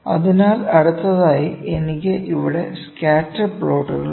അതിനാൽ അടുത്തതായി എനിക്ക് ഇവിടെ സ്കാറ്റർ പ്ലോട്ടുകളുണ്ട്